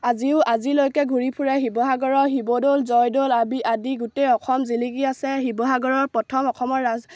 আজিও আজিলৈকে ঘূৰি ফুৰাই শিৱসাগৰৰ শিৱদৌল জয়দৌল আবি আদি গোটেই অসম জিলিকি আছে শিৱসাগৰৰ প্ৰথম অসমৰ ৰাজ